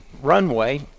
runway